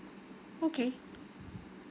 okay